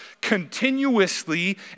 continuously